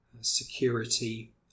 security